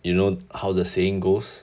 you know how the saying goes